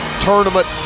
tournament